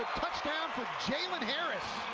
touchdown for jaylen harris.